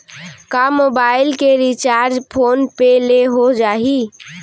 का मोबाइल के recharge phone पे ले हो जाही?